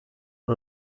und